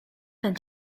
ten